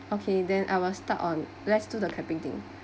okay then I will start on let's do the clapping thing